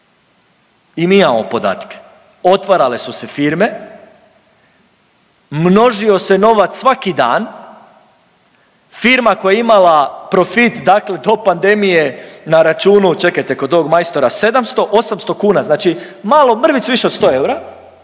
i mi imamo podatke, otvarale su se firme, množio se novac svaki dan. Firma koja je imala profit dakle do pandemije na računu, čekajte kod ovog majstora 700, 800 kuna znači malo mrvicu više od 100 eura,